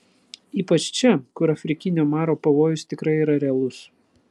ypač čia kur afrikinio maro pavojus tikrai yra realus